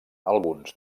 alguns